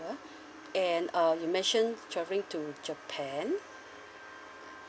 and uh you mentioned travelling to japan